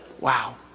Wow